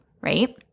right